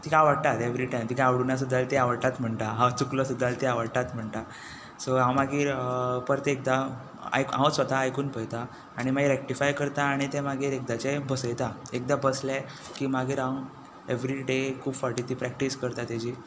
तिका आवडटात एवरीटायम तिका आवडुना जाल्यार सुद्दां ती आवडटात म्हणटा हांव चुकलो सुद्दां जाल्यार ती आवडटात म्हणटा सो हांव मागीर परतें एकदां स्वता आयकून पळयता आनी मागीर रॅक्टीफाय करता आनी तें मागीर एकदाचें बसयता एकदां बसलें की मागीर हांव एवरीडे खूब फावटीं ती प्रॅक्टीस करता तेजी